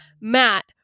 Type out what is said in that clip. matt